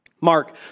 Mark